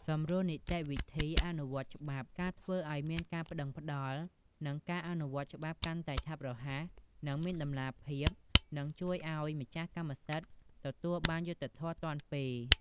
សម្រួលនីតិវិធីអនុវត្តច្បាប់ ការធ្វើឱ្យមានការប្តឹងផ្តល់ និងការអនុវត្តច្បាប់កាន់តែឆាប់រហ័ស និងមានតម្លាភាព នឹងជួយម្ចាស់កម្មសិទ្ធិឱ្យទទួលបានយុត្តិធម៌ទាន់ពេល។